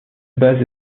base